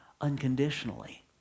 unconditionally